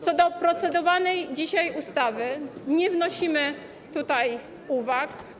Co do procedowanej dzisiaj ustawy nie wnosimy uwag.